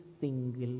single